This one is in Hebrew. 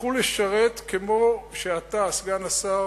שהלכו לשרת, כמו שאתה, סגן השר,